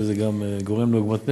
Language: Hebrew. זה גם גורם לעגמת נפש.